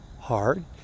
hard